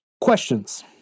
Questions